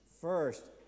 First